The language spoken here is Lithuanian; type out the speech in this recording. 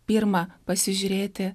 pirma pasižiūrėti